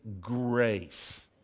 grace